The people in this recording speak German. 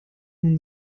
nun